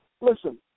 listen